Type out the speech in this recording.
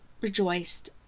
rejoiced